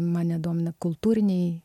mane domina kultūriniai